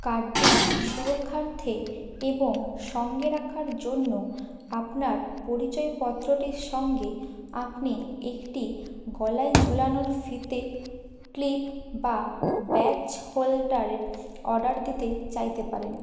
কার্ডটির সুরক্ষার্থে এবং সঙ্গে রাখার জন্য আপনার পরিচয় পত্রটির সঙ্গে আপনি একটি গলায় ঝোলানোর ফিতে ক্লিপ বা ব্যাজ হোল্ডারের অর্ডার দিতে চাইতে পারেন